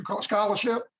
scholarship